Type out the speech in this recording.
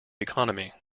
economy